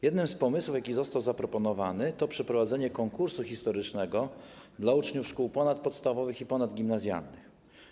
Jeden z pomysłów, jakie zostały zaproponowane, to przeprowadzenie konkursu historycznego dla uczniów szkół ponadpodstawowych i ponadgimnazjalnych.